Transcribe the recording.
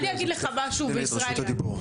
אני רוצה להגיד לך משהו וישראל יענה אחר כך.